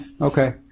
Okay